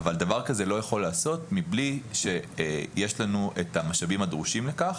אבל דבר כזה לא יכול להיעשות מבלי שיש לנו את המשאבים הדרושים לכך.